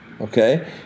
okay